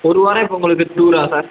ஒரு வாரம் இப்போ உங்களுக்கு டூரா சார்